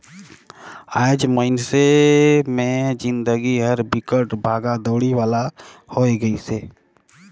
आएज मइनसे मे जिनगी हर बिकट भागा दउड़ी वाला होये गइसे